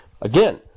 Again